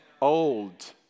Old